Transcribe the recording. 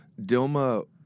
Dilma